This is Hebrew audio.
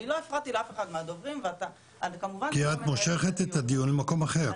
אני לא הפרעתי לאף אחד מהדוברים --- כי את מושכת את הדיון למקום אחר.